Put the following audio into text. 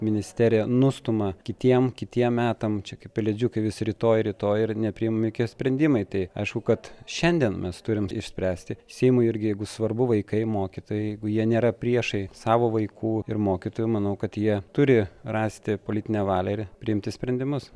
ministerija nustumia kitiem kitiem metam čia kaip pelėdžiukai vis rytoj rytoj ir nepriimami jokie sprendimai tai aišku kad šiandien mes turim išspręsti seimui irgi jeigu svarbu vaikai mokytojai jeigu jie nėra priešai savo vaikų ir mokytojų manau kad jie turi rasti politinę valią ir priimti sprendimus